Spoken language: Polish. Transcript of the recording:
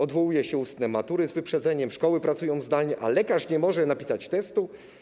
Odwołuje się ustne matury z wyprzedzeniem, szkoły pracują zdalnie, a lekarz nie może napisać testu?